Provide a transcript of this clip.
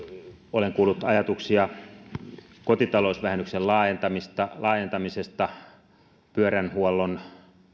olen kuullut ajatuksia kotitalousvähennyksen laajentamisesta pyörähuollon